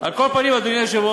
על כל פנים, אדוני היושב-ראש,